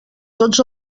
tots